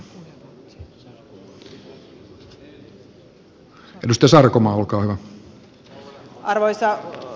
arvoisa puhemies